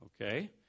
okay